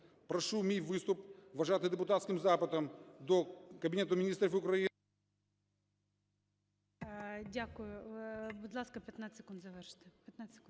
Прошу мій виступ вважати депутатським запитом до Кабінету Міністрів…